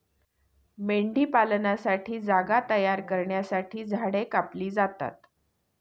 मेंढीपालनासाठी जागा तयार करण्यासाठी झाडे कापली जातात